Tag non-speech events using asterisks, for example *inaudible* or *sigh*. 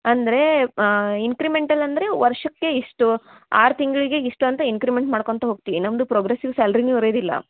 ಅಂದರೆ ಇನ್ಕ್ರಿಮೆಂಟಲ್ ಅಂದರೆ ವರ್ಷಕ್ಕೆ ಇಷ್ಟು ಆರು ತಿಂಗಳಿಗೆ ಇಷ್ಟು ಅಂತ ಇನ್ಕ್ರಿಮೆಂಟ್ ಮಾಡ್ಕೊಳ್ತಾ ಹೋಗ್ತೀವಿ ನಮ್ಮದು ಪ್ರೋಗ್ರೆಸ್ಸು ಸ್ಯಾಲ್ರಿನು *unintelligible*